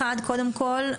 קודם כל,